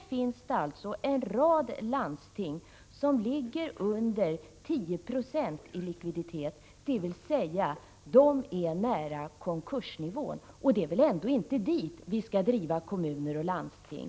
Det finns alltså en rad landsting som ligger under 10 90 i likviditet, dvs. de är nära konkursnivån. Det är väl ändå inte till konkursens brant vi skall driva kommuner och landsting.